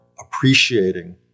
appreciating